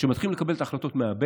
כשמתחילים לקבל את ההחלטות מהבטן,